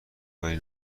کاری